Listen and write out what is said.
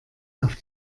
auf